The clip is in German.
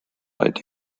weit